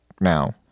now